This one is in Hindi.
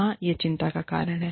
हाँ यह चिंता का कारण है